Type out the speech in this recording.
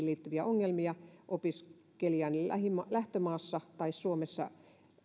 liittyviä ongelmia opiskelijan lähtömaassa tai suomessa